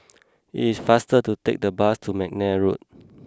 it is faster to take the bus to McNair Road